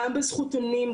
גם בזכותונים,